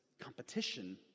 competition